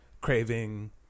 craving